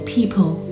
people